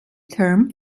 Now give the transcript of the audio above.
term